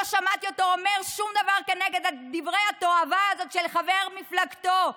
לא שמעתי אותו אומר שום דבר כנגד דברי התועבה של חבר מפלגתו.